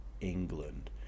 England